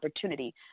opportunity